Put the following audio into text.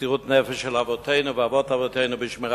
של חבר הכנסת מנחם אליעזר מוזס: